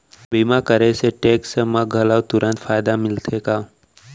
बीमा करे से टेक्स मा घलव तुरंत फायदा मिलथे का?